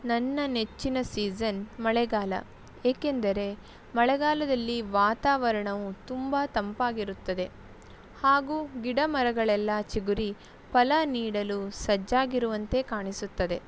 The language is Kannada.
ನನ್ನ ನೆಚ್ಚಿನ ಸೀಝನ್ ಮಳೆಗಾಲ ಏಕೆಂದರೆ ಮಳೆಗಾಲದಲ್ಲಿ ವಾತಾವರಣವು ತುಂಬ ತಂಪಾಗಿರುತ್ತದೆ ಹಾಗೂ ಗಿಡ ಮರಗಳೆಲ್ಲ ಚಿಗುರಿ ಫಲ ನೀಡಲು ಸಜ್ಜಾಗಿರುವಂತೆ ಕಾಣಿಸುತ್ತದೆ